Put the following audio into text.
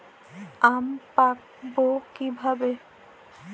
আম পাকাবো কিভাবে?